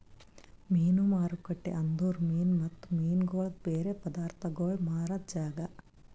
ಮೀನು ಮಾರುಕಟ್ಟೆ ಅಂದುರ್ ಮೀನು ಮತ್ತ ಮೀನಗೊಳ್ದು ಬೇರೆ ಪದಾರ್ಥಗೋಳ್ ಮಾರಾದ್ ಜಾಗ